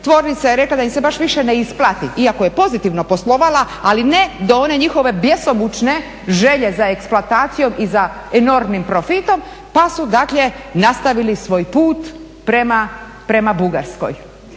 tvornica je rekla da im se baš više ne isplati iako je pozitivno poslovala, ali ne do one njihove bjesomučne želje za eksploatacijom i enormnim profitom pa su dakle, nastavili svoj put prema Bugarskoj.